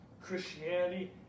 Christianity